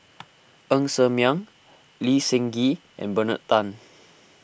Ng Ser Miang Lee Seng Gee and Bernard Tan